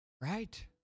Right